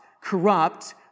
corrupt